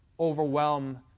overwhelm